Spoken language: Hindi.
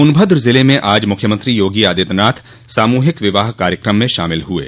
सोनभद्र जिले में आज मुख्यमंत्री योगी आदित्यनाथ सामूहिक विवाह कार्यक्रम में शामिल हुये